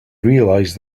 realize